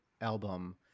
album